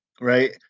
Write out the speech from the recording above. right